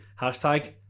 hashtag